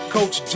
Coach